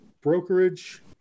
brokerage